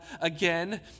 again